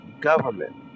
government